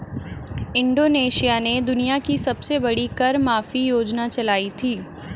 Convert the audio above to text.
Indonesia ने दुनिया की सबसे बड़ी कर माफी योजना चलाई थी